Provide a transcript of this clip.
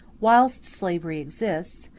whilst slavery exists,